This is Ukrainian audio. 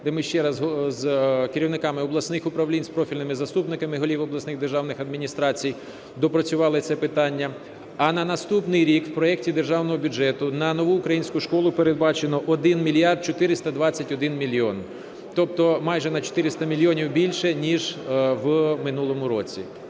де ми ще раз з керівниками обласних управлінь, з профільними заступниками голів обласних державних адміністрації доопрацювали це питання. А на наступний рік в проекті Державного бюджету на "Нову українську школу" передбачено 1 мільярд 421 мільйон, тобто майже на 400 мільйонів більше, ніж у минулому році.